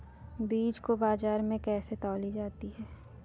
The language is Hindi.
बीज को बाजार में कैसे तौली जाती है?